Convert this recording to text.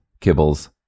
kibbles